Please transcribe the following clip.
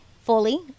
Fully